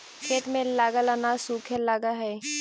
खेत में लगल अनाज सूखे लगऽ हई